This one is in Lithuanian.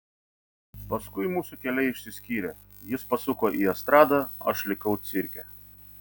paskui mūsų keliai išsiskyrė jis pasuko į estradą aš likau cirke